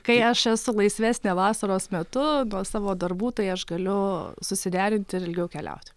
kai aš esu laisvesnė vasaros metu dėl savo darbų tai aš galiu susiderinti ir ilgiau keliauti